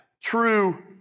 true